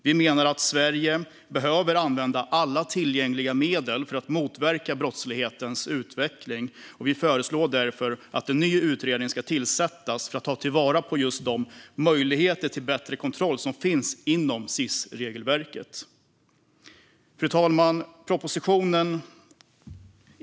Vi menar att Sverige behöver använda alla tillgängliga medel för att motverka brottslighetens utveckling och föreslår därför att en ny utredning ska tillsättas för att ta vara på de möjligheter till bättre kontroll som finns genom SIS-regelverket. Anpassningar av svensk lag till EU:s förordningar om Schengens infor-mationssystem Fru talman!